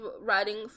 writing